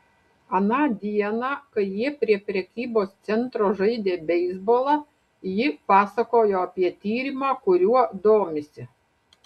aną dieną kai jie prie prekybos centro žaidė beisbolą ji pasakojo apie tyrimą kuriuo domisi